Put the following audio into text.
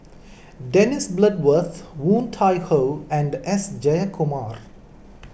Dennis Bloodworth Woon Tai Ho and S Jayakumar